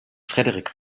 frederik